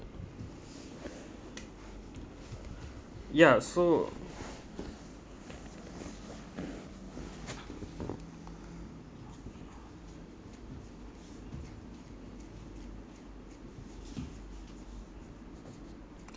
yeah so